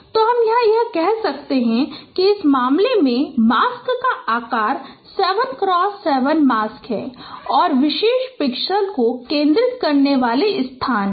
तो हम कह सकते हैं कि इस मामले में मास्क का आकार लगभग 7x7 मास्क है और इस विशेष पिक्सेल को केंद्रित करने वाले स्थान हैं